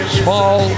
small